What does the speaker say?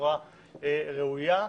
בצורה ראויה,